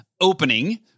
opening